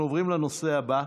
אנחנו עוברים לנושא הבא,